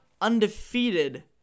undefeated